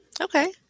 Okay